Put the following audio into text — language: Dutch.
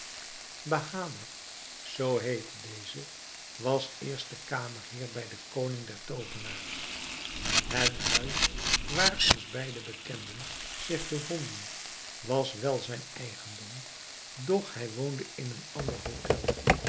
bahader zoo heette deze was eerste kamerheer bij den koning der toovenaars het huis waar onze beide bekenden zich bevonden was wel zijn eigendom doch hij woonde in een ander hotel